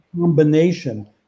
combination